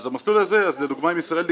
אז המסלול הזה דוגמה עם ישראל דיגיטלית,